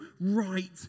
right